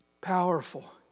powerful